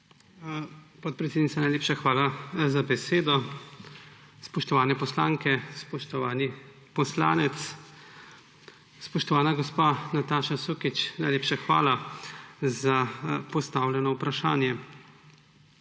Podpredsednica, najlepša hvala za besedo. Spoštovane poslanke, spoštovani poslanec! Spoštovana gospa Nataša Sukič, najlepša hvala za postavljeno vprašanje.